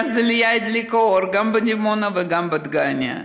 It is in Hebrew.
ואז העלייה הדליקה אור גם בדימונה וגם בדגניה.